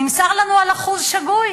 נמסר לנו אחוז שגוי.